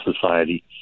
society